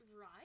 Right